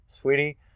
sweetie